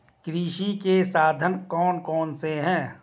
कृषि के साधन कौन कौन से हैं?